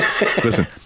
listen